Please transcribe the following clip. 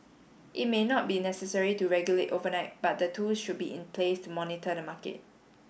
it may not be necessary to regulate overnight but the tools should be in place to monitor the market